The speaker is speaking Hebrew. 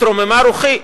התרוממה רוחי.